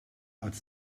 als